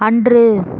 அன்று